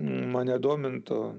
mane domintų